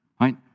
right